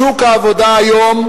שוק העבודה היום,